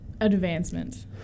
advancement